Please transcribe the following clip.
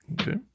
Okay